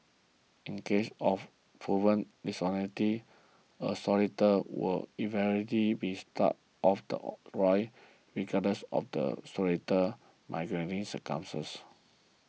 in cases of proven dishonesty a solicitor will invariably be stuck off the roll regardless of the solicitor's mitigating circumstances